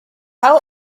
how